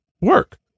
work